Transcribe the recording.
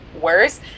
worse